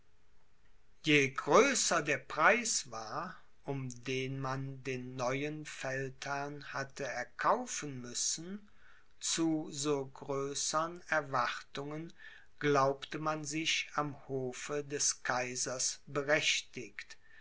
je größer der preis war um den man den neuen feldherrn hatte erkaufen müssen zu so größern erwartungen glaubte man sich am hofe des kaisers berechtigt